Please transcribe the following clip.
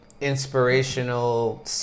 inspirational